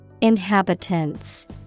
Inhabitants